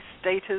status